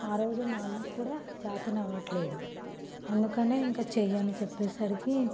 ఆ రోజు మా అమ్మకి కూడా చేత అవ్వట్లేదు అందుకని ఇంక చెయ్యి అని చెప్పేసరికి